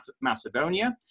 Macedonia